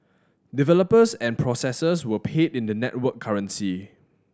developers and processors were paid in the network currency